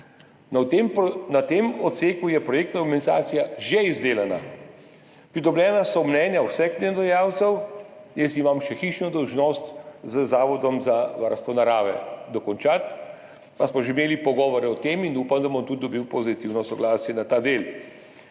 Na tem odseku je dokumentacija že izdelana. Pridobljena so mnenja vseh delodajalcev, jaz imam še hišno dolžnost z Zavodom za varstvo narave dokončati, pa smo že imeli pogovore o tem in upam, da bom tudi dobil pozitivno soglasje na ta del.